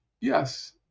yes